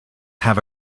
have